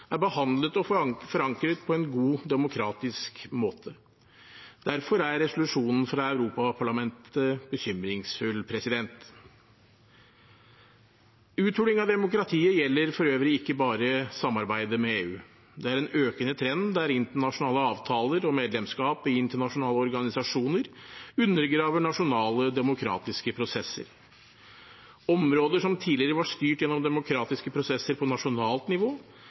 er behandlet og forankret på en god, demokratisk måte. Derfor er resolusjonen fra Europaparlamentet bekymringsfull. Uthuling av demokratiet gjelder for øvrig ikke bare samarbeidet med EU. Det er en økende trend at internasjonale avtaler og medlemskap i internasjonale organisasjoner undergraver nasjonale demokratiske prosesser. Områder som tidligere var styrt gjennom demokratiske prosesser på nasjonalt nivå,